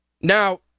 Now